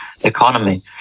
economy